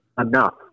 enough